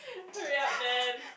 hurry up man